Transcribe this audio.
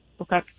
Okay